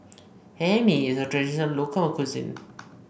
Hae Mee is a traditional local cuisine